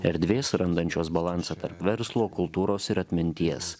erdvės surandančios balansą tarp verslo kultūros ir atminties